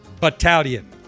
Battalion